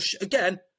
again